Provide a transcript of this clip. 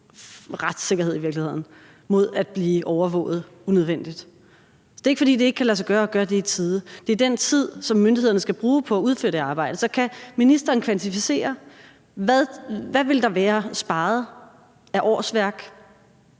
retssikkerhed mod at blive overvåget unødvendigt. Det er altså ikke, fordi det ikke kan lade sig gøre at gøre det i tide, men det er den tid, som myndighederne skal bruge på at udføre det arbejde. Så kan ministeren kvantificere, hvad der ville være sparet af årsværk,